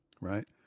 right